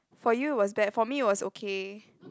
for you it was bad for me it was okay